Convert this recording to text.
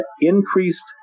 increased